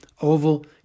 oval